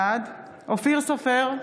בעד אופיר סופר,